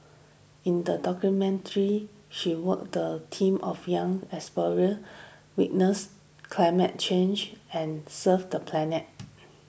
in the documentary she worked team of young explorers witness climate change and serve the planet